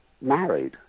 married